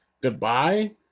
goodbye